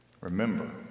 Remember